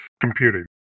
computing